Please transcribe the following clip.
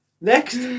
Next